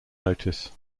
notice